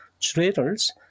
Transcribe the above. traders